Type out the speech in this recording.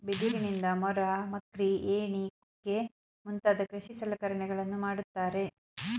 ಬಿದಿರಿನಿಂದ ಮೊರ, ಮಕ್ರಿ, ಏಣಿ ಕುಕ್ಕೆ ಮುಂತಾದ ಕೃಷಿ ಸಲಕರಣೆಗಳನ್ನು ಮಾಡುತ್ತಾರೆ